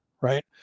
Right